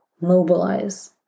mobilize